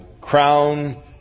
crown